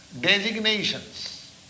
designations